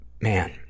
man